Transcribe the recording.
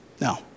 No